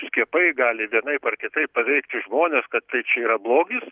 skiepai gali vienaip ar kitaip paveikti žmones kad tai čia yra blogis